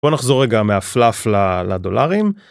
בוא נחזור רגע מהפלאפ לדולרים.